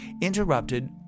interrupted